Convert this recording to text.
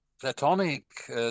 platonic